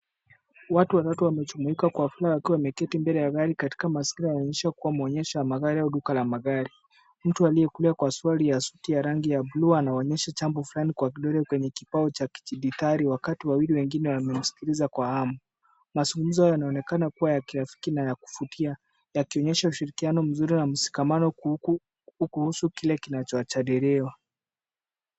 Watu watatu wamejumuika kwa ghafla wakiwa wameketi mbele ya gari katika mazingira yanayoonyesha kuwa maonyesho ya magari au duka ya magari. Mtu aliyekulia kwa suruali ya suti ya rangi ya bluu anaonyesha jambo fulani kwa kidole kwenye kibao cha kidijitali wakati wawili wengine wamemskiliza kwa hamu. Mazungumzo yanaonekana kuwa ya kirafiki na ya kuvutia yakionyesha ushirikiano mzuri na mshikamano kuhusu kile kinachojadiliwa.